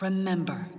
Remember